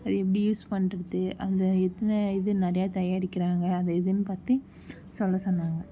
அதை எப்படி யூஸ் பண்றது அந்த இது நிறையா தயாரிக்கிறாங்க அந்த இதுன் பற்றி சொல்ல சொன்னாங்க